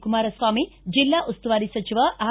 ಕುಮಾರಸ್ವಾಮಿ ಜಿಲ್ಲಾ ಉಸ್ತುವಾರಿ ಸಚಿವ ಆರ್